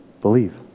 believe